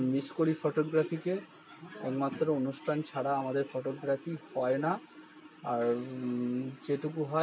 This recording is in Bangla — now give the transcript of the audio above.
মিস করি ফটোগ্রাফিকে একমাত্র অনুষ্ঠান ছাড়া আমাদের ফটোগ্রাফি হয় না আর যেটুকু হয় আমরা